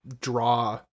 draw